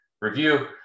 review